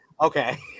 Okay